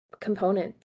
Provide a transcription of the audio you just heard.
component